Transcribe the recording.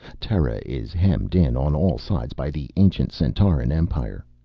terra is hemmed in on all sides by the ancient centauran empire.